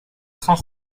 cent